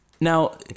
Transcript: Now